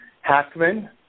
Hackman